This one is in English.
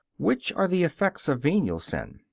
which are the effects of venial sin?